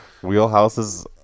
Wheelhouses